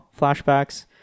flashbacks